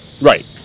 right